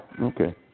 Okay